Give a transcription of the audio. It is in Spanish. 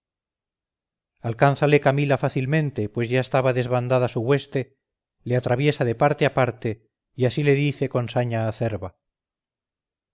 alcánzale camila fácilmente pues ya estaba desbandada su hueste le atraviesa de parte a parte y así le dice con saña